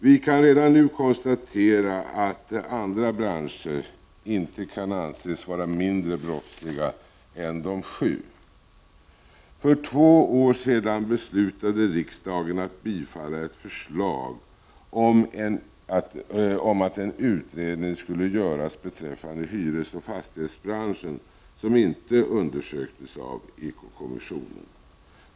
Vi kan redan nu konstatera att andra branscher inte kan anses vara mindre brottsliga än de sju. För två år sedan beslutade riksdagen att bifalla ett förslag om att en utredning skulle göras beträffande hyresoch fastighetsbranschen, som inte undersöktes av ekokommissionen.